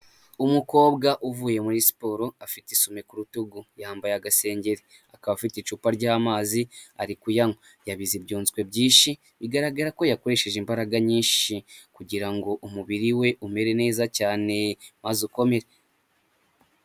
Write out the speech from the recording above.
Umukobwa uvuye muri siporo, afite isume ku rutugu, yambaye agasengeri, akaba afite icupa ry'amazi ari kuyanywa. Yabize ibyunzwe byinshi, bigaragara ko yakoresheje imbaraga nyinshi kugira ngo umubiri we umere neza cyane maze ukomere.